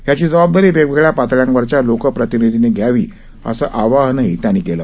याची जबाबदारी वेगवेगळ्या पातळ्यांवरच्या लोकप्रतिनिधींनी घ्यावी असं आवाहनही त्यांनी केलं